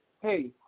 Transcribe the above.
hey